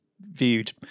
viewed